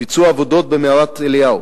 ביצוע עבודות במערת אליהו,